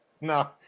No